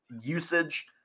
usage